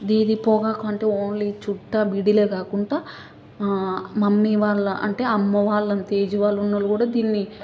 దీ ఇది పొగాకు అంటే ఓన్లీ చుట్ట బీడీలే కాకుండా మమ్మీ వాళ్ళ అంటే అమ్మ వాళ్ళంత ఏజ్ వాళ్ళు ఉన్నవాళ్ళు కూడా దీన్ని